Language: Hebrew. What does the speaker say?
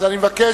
אז אני מבקש